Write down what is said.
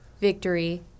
Victory